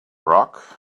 rock